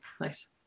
nice